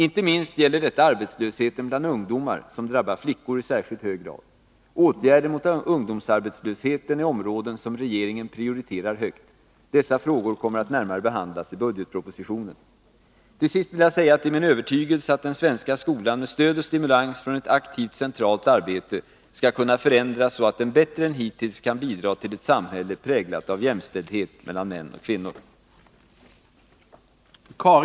Inte minst gäller detta arbetslösheten bland ungdomar, som drabbar flickor i särskilt hög grad. Åtgärder mot ungdomsarbetslösheten är områden som regeringen prioriterar högt. Dessa frågor kommer att närmare behandlas i budgetpropositionen. Till sist vill jag säga att det är min övertygelse att den svenska skolan med stöd och stimulans från ett aktivt centralt arbete skall kunna förändras så att den bättre än hittills kan bidra till ett samhälle präglat av jämställdhet mellan män och kvinnor.